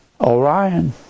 Orion